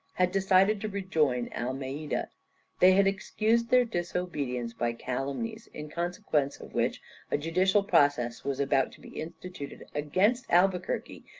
had decided to rejoin almeida they had excused their disobedience by calumnies, in consequence of which a judicial process was about to be instituted against albuquerque,